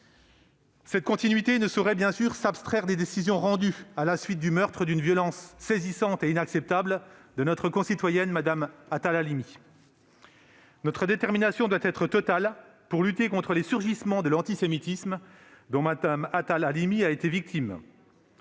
Cette continuité ne saurait, bien sûr, s'abstraire des décisions rendues à la suite du meurtre, d'une violence saisissante et inacceptable, de notre concitoyenne Mme Attal-Halimi. Notre détermination doit être totale pour lutter contre les surgissements de l'antisémitisme, dont Mme Attal-Halimi a été la victime,